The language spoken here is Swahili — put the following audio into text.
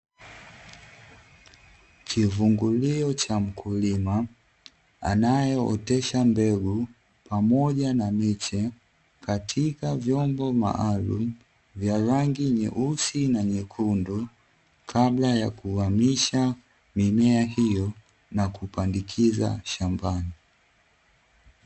Kivungulio cha mkulima anayeotesha mbegu pamoja na miche, katika vyombo maalumu vya rangi nyeusi na nyekundu, kabla ya kuhamisha mimea hiyo na kupandikiza shambani.